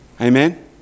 Amen